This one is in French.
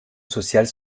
sociale